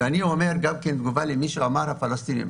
אני אומר בתגובה למישהו שכינה את הערבים פה "פלסטינים".